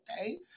okay